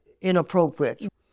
inappropriate